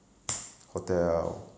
hotel